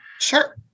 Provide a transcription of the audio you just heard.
Sure